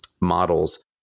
models